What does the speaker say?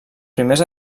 primers